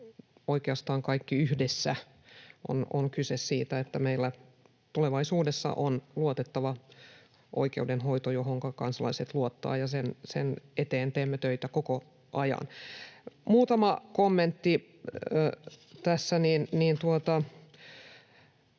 oikeastaan kaikki yhdessä. On kyse siitä, että meillä tulevaisuudessa on luotettava oikeudenhoito, johonka kansalaiset luottavat, ja sen eteen teemme töitä koko ajan. Muutama kommentti: